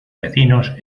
vecinos